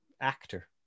actor